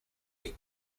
ich